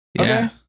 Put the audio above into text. Okay